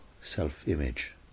self-image